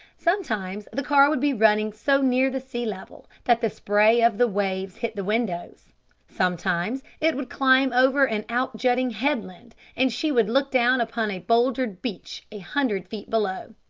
sometimes the car would be running so near the sea level that the spray of the waves hit the windows sometimes it would climb over an out-jutting headland and she would look down upon a bouldered beach a hundred feet below.